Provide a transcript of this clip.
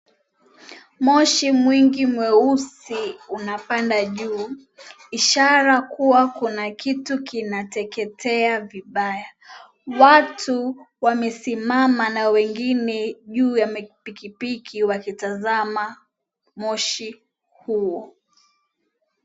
Moshi mwingi mweusi unapanda juu, ishara kuwa kuna kitu kinateketea vibaya. 𝑊atu wamesimama 𝑛a wengine ju𝑢 ya pikipik𝑖 wakitazama 𝑚oshi huo.